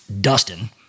Dustin